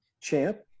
champ